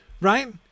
right